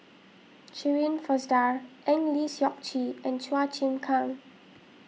Shirin Fozdar Eng Lee Seok Chee and Chua Chim Kang